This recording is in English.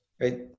right